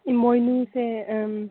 ꯏꯃꯣꯏꯅꯨꯁꯦ